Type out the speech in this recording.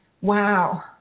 Wow